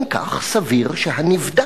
אם כך, סביר שהנבדק,